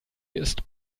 ist